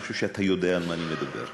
אני חושב שאתה יודע על מה אני מדבר.